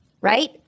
right